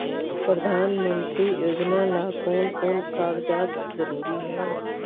प्रधानमंत्री योजना ला कोन कोन कागजात जरूरी है?